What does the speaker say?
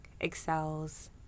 excels